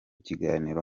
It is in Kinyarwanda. kiganiro